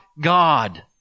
God